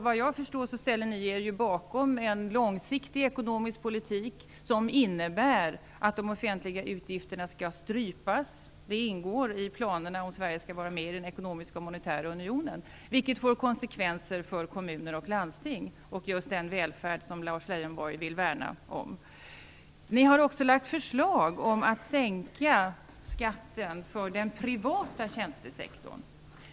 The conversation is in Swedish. Vad jag förstår ställer Folkpartiet sig bakom en långsiktig ekonomisk politik som innebär att de offentliga utgifterna skall strypas. Detta ingår i planerna om Sverige skall vara med i den ekonomiska och monetära unionen. Det får konsekvenser för kommuner och landsting och för den välfärd som Lars Leijonborg vill värna om. Folkpartiet har också lagt fram förslag om att sänka skatten för den privata tjänstesektorn.